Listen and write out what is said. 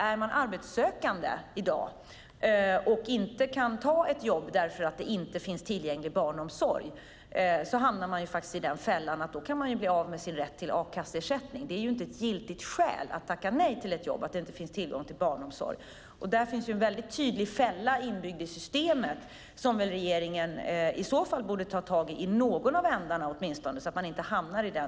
Är man arbetssökande och inte kan ta ett jobb för att det inte finns tillgänglig barnomsorg hamnar man i fällan att man kan bli av med sin a-kasseersättning. Brist på barnomsorg är inte giltigt skäl att tacka nej till ett jobb. Här finns alltså en tydlig fälla inbyggd i systemet som regeringen borde ta tag i så att de arbetssökande inte hamnar i den.